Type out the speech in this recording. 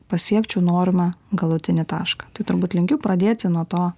pasiekčiau norimą galutinį tašką tai turbūt linkiu pradėti nuo to